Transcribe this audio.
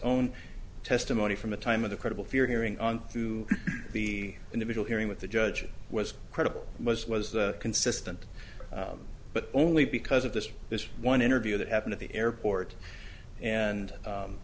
own testimony from the time of the credible fear hearing on through the individual hearing with the judge was credible and was was consistent but only because of this this one interview that happened at the airport and